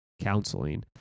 counseling